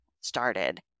started